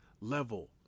level